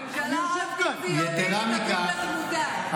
ממשלה אנטי-ציונית, קווים לדמותה.